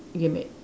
it can be